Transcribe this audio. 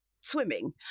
swimming